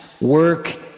work